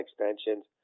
extensions